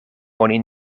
oni